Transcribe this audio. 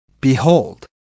Behold